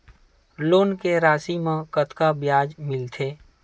Loan के राशि मा कतका ब्याज मिलथे?